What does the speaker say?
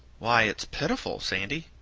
why, it's pitiful, sandy.